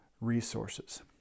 resources